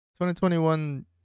2021